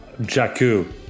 Jakku